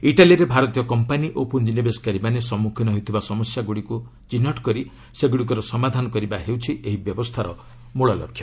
ଇଟାଲୀରେ ଭାରତୀୟ କମ୍ପାନୀ ଓ ପୁଞ୍ଜିନିବେଶକାରୀମାନେ ସମ୍ମୁଖୀନ ହେଉଥିବା ସମସ୍ୟାଗୁଡ଼ିକର ଚିହ୍ନଟ କରି ସମାଧାନ କରିବା ହେଉଛି ଏହି ବ୍ୟବସ୍ଥାର ମୂଳଲକ୍ଷ୍ୟ